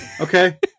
okay